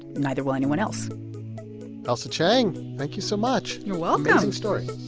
neither will anyone else ailsa chang, thank you so much you're welcome amazing story